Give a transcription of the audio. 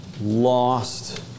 lost